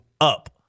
up